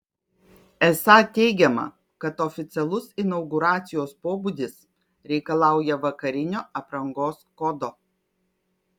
esą teigiama kad oficialus inauguracijos pobūdis reikalauja vakarinio aprangos kodo